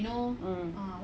mm